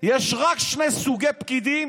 יש רק שני סוגי פקידים